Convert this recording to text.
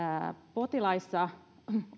potilaissa